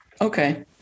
okay